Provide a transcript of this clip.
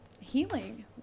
healing